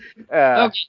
Okay